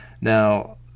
Now